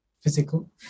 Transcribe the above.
physical